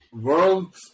World